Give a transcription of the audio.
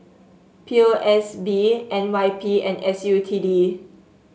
P O S B N Y P and S U T D